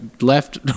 left